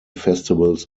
festivals